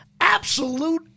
Absolute